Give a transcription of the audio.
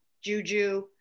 Juju